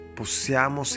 possiamo